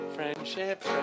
Friendship